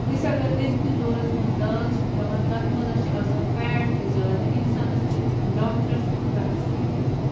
أسۍ اگر أزۍکِس دورَس منٛز دال چھِ کھٮ۪وان تَتھ منٛز ہہ چھِ آسان فیٹ تہِ زیادٕ اِنسانَس چھِ ڈاکٹر سُہ تہِ کَران سۭتی بنٛد